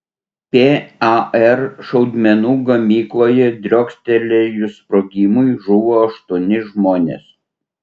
par šaudmenų gamykloje driokstelėjus sprogimui žuvo aštuoni žmonės